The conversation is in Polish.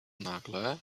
nagle